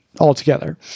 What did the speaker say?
altogether